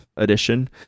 edition